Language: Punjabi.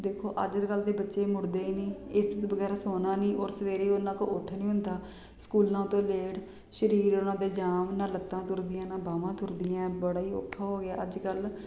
ਦੇਖੋ ਅੱਜ ਕੱਲ੍ਹ ਦੇ ਬੱਚੇ ਮੁੜਦੇ ਹੀ ਨਹੀਂ ਏਸੀ ਦੇ ਬਗੈਰ ਸੋਣਾ ਨਹੀਂ ਔਰ ਸਵੇਰੇ ਉਹਨਾਂ ਕੋਲ ਉੱਠ ਨਹੀਂ ਹੁੰਦਾ ਸਕੂਲਾਂ ਤੋਂ ਲੇਟ ਸਰੀਰ ਉਹਨਾਂ ਦੇ ਜਾਮ ਨਾ ਲੱਤਾਂ ਤੁਰਦੀਆਂ ਨਾ ਬਾਵਾਂ ਤੁਰਦੀਆਂ ਬੜਾ ਹੀ ਔਖਾ ਹੋ ਗਿਆ ਅੱਜ ਕੱਲ੍ਹ